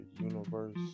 universe